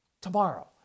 tomorrow